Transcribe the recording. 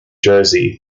jersey